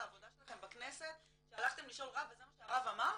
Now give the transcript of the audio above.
העבודה שלכם בכנסת שהלכתם לשאול רב וזה מה שהרב אמר.